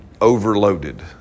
overloaded